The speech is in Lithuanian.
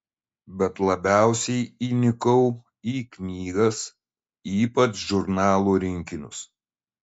bet labiausiai įnikau į knygas ypač žurnalų rinkinius